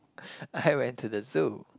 I went to the zoo